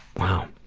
wow,